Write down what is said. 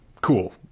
cool